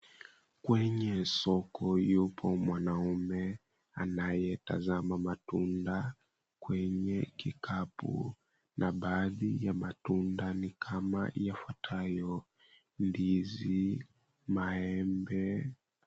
Kwenye soko yupo mwanamume anayetazama matunda kwenye kikapu na baadhi ya matunda ni kama yafuatayo; ndizi, maembe.